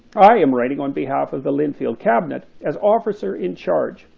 i am writing on behalf of the linfield cabinet, as officer in charge,